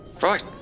right